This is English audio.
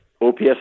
OPS